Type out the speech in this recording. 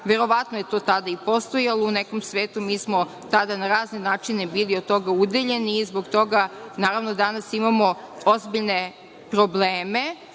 verovatno je to tada i postojalo, u nekom svetu mi smo na razne načine bili od toga udaljeni, i zbog toga, naravno, danas imamo ozbiljne probleme.